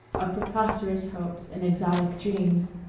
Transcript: of preposterous hopes and exotic dreams.